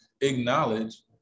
acknowledge